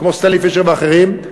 כמו סטנלי פישר ואחרים,